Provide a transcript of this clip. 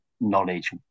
knowledge